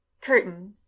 Curtain